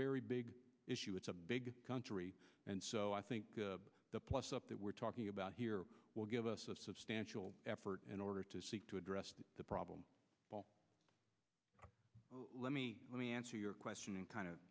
very big issue it's a big country and so i think the plus up that we're talking about here will give us a substantial effort in order to seek to address the problem let me let me answer your question in kind of